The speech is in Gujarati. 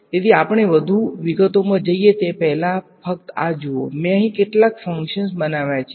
તેથી આપણે વધુ વિગતોમાં જઈએ તે પહેલાં ફક્ત આ જુઓ મેં અહીં કેટલાક ફંક્શન બનાવ્યા છે